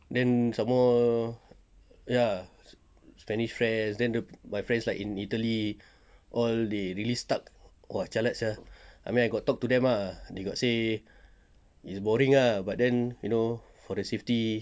then some more ya spanish friend then the my friends like in Italy all they really stuck !wah! jialat sia I mean I got talk to them ah they got say is boring ah but then you know for their safety